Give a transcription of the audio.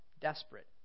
desperate